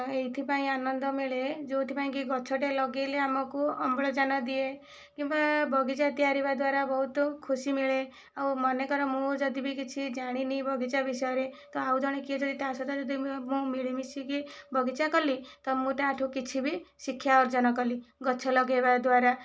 ଏଇଥିପାଇଁ ଆନନ୍ଦ ମିଳେ ଯେଉଁଥିପାଇଁକି ଗଛ ଟିଏ ଲଗେଇଲେ ଆମକୁ ଅମ୍ଳଜାନ ଦିଏ କିମ୍ବା ବଗିଚା ତିଆରି ହେବାଦ୍ୱାରା ବହୁତ ଖୁସି ମିଳେ ଆଉ ମନେକର ମୁଁ ଯଦି ବି କିଛି ଜାଣିନି ବଗିଚା ବିଷୟରେ ତ ଆଉ ଜଣେ କିଏ ଯଦି ତା'ସହିତ ମୁଁ ମିଳିମିଶିକି ବାଗିଚା କଲି ତ ମୁଁ ତା'ଠାରୁ କିଛି ବି ଶିକ୍ଷା ଅର୍ଜନ କଲି ଗଛ ଲଗେଇବା ଦ୍ୱାରା